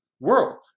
world